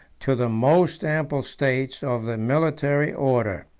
to the most ample states of the military order.